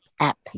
app